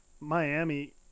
Miami